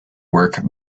work